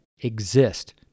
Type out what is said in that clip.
exist